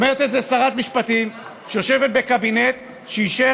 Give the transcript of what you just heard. אומרת את זה שרת משפטים שיושבת בקבינט שאישר